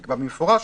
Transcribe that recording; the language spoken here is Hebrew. נקבע במפורש,